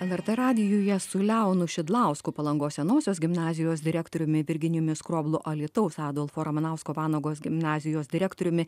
lrt radijuje su leonu šidlausku palangos senosios gimnazijos direktoriumi virginijumi skroblu alytaus adolfo ramanausko vanagos gimnazijos direktoriumi